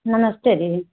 नमस्ते जी